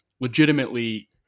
legitimately